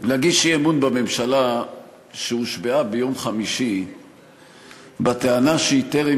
להגיש אי-אמון בממשלה שהושבעה ביום חמישי בטענה שהיא טרם